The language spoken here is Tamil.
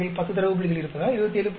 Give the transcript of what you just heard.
10 தரவு புள்ளிகள் இருப்பதால் 27